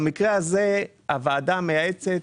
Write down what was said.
במקרה הזה הוועדה המייעצת